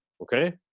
Okay